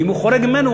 ואם הוא חורג ממנו,